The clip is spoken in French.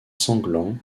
sanglant